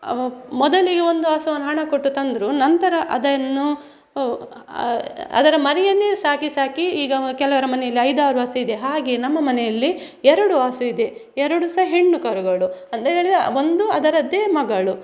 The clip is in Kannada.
ಅವಪ್ ಮೊದಲಿಗೆ ಒಂದು ಹಸುವನ್ನು ಹಣ ಕೊಟ್ಟು ತಂದರು ನಂತರ ಅದನ್ನು ಅದರ ಮರಿಯನ್ನೇ ಸಾಕಿ ಸಾಕಿ ಈಗ ಕೆಲವರ ಮನೆಯಲ್ಲಿ ಐದಾರು ಹಸು ಇದೆ ಹಾಗೆ ನಮ್ಮ ಮನೆಯಲ್ಲಿ ಎರಡು ಹಸು ಇದೆ ಎರಡು ಸಹ ಹೆಣ್ಣು ಕರುಗಳು ಅಂದರೆ ಹೇಳಿದರೆ ಒಂದು ಅದರದ್ದೇ ಮಗಳು